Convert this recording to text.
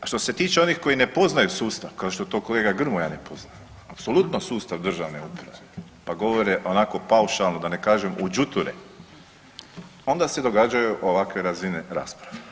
A što se tiče onih koji ne poznaju sustav kao što to kolega Grmoja ne pozna, apsolutno sustav državne uprave pa govore onako paušalno, da ne kažem u đuture onda se događaju ovakve razine rasprave.